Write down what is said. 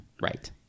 right